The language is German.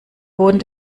boden